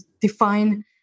define